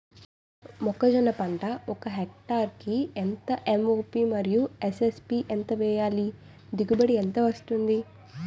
మొక్కజొన్న పంట ఒక హెక్టార్ కి ఎంత ఎం.ఓ.పి మరియు ఎస్.ఎస్.పి ఎంత వేయాలి? దిగుబడి ఎంత వస్తుంది?